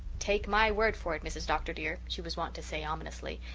take my word for it, mrs. dr. dear, she was wont to say ominously,